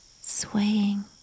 swaying